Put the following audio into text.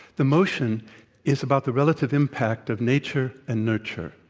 the motion is about the relative impact of nature and nurture.